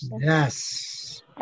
Yes